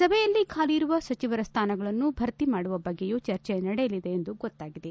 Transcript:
ಸಭೆಯಲ್ಲಿ ಖಾಲಿಯಿರುವ ಸಚಿವರ ಸ್ಥಾನಗಳನ್ನೂ ಭರ್ತಿ ಮಾಡುವ ಬಗ್ಗೆಯೂ ಚರ್ಚೆ ನಡೆಯಲಿದೆ ಎಂದು ಗೊತ್ತಾಗಿದೆ